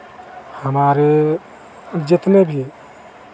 हमारे जितने भी